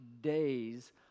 days